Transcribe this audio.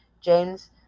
James